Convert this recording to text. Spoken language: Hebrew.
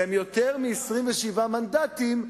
שהם יותר מ-27 מנדטים,